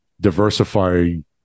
diversifying